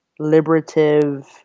liberative